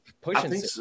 Pushing